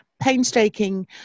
Painstaking